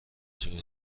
جای